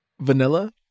vanilla